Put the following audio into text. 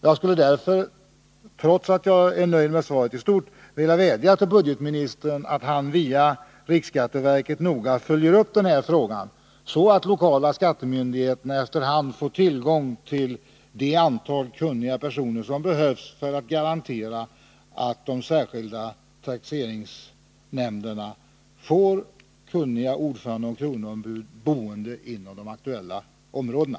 Jag skulle — trots att jag i stort sett är nöjd med svaret — därför vilja vädja till budgetministern att han via riksskatteverket noga följer frågan och ser till att de lokala skattemyndigheterna efter hand får tillgång till det antal kunniga personer som behövs för att garantera att de särskilda taxeringsnämnderna får kunniga ordförande och kronoombud som är boende inom de aktuella områdena.